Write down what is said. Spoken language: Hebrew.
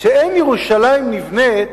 שאין ירושלים נבנית